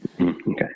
Okay